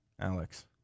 Alex